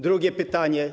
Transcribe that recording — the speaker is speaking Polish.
Drugie pytanie.